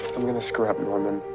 i'm gonna scrap norman.